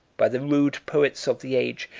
by the rude poets of the age,